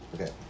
Okay